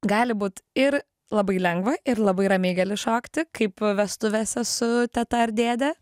gali būt ir labai lengva ir labai ramiai gali šokti kaip vestuvėse su teta ar dėde